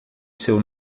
seu